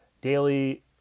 daily